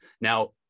Now